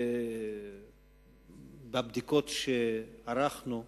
בבדיקות שערכנו,